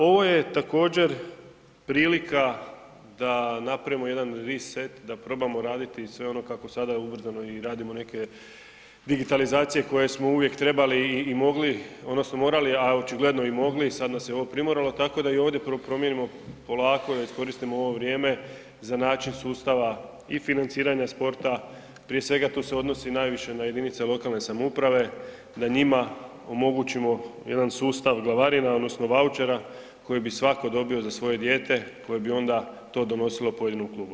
Ovo je također prilika da napravimo jedan ritset, da probamo raditi i sve ono kako sada ubrzano i radimo neke digitalizacije koje smo uvijek trebali i mogli odnosno morali, a očigledno i mogli, sad nas je ovo primoralo, tako da i ovdje promijenimo, polako da iskoristimo ovo vrijeme za način sustava i financiranja sporta, prije svega to se odnosi najviše na jedinice lokalne samouprave da njima omogućimo jedan sustav glavarina odnosno vaučera koji bi svako dobio za svoje dijete koje bi onda to donosilo pojedinom klubu.